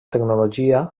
tecnologia